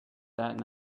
that